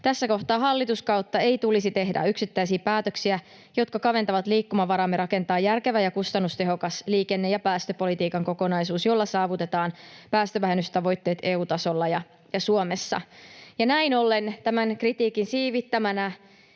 Tässä kohtaa hallituskautta ei tulisi tehdä yksittäisiä päätöksiä, jotka kaventavat liikkumavaraamme rakentaa järkevä ja kustannustehokas liikenne- ja päästöpolitiikan kokonaisuus, jolla saavutetaan päästövähennystavoitteet EU-tasolla ja Suomessa. Näin ollen, tämän kritiikin siivittämänä,